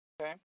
Okay